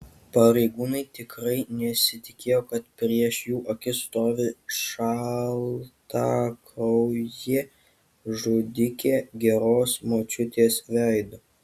pareigūnai tikrai nesitikėjo kad prieš jų akis stovi šaltakraujė žudikė geros močiutės veidu